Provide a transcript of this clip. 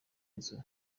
nzu